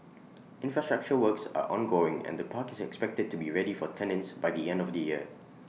infrastructure works are ongoing and the park is expected to be ready for tenants by the end of the year